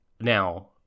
Now